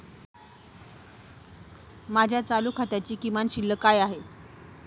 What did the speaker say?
माझ्या चालू खात्याची किमान शिल्लक काय आहे?